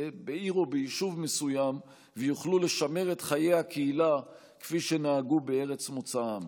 בעיר או ביישוב מסוים ויוכלו לשמר את חיי הקהילה כפי שנהגו בארץ מוצאם.